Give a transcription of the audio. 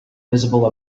visible